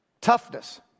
toughness